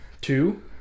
Two